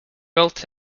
built